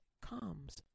comes